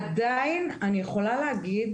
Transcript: עדיין אני יכולה להגיד